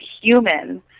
human